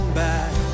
back